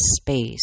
space